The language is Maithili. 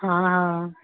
हँ हँ